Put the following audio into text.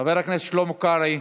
חבר הכנסת שלמה קרעי,